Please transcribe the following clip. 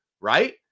right